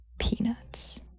peanuts